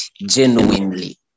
genuinely